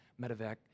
medevac